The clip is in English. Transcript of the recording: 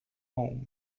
home